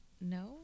No